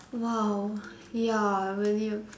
!wow! ya really